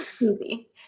Easy